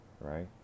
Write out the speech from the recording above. right